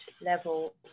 level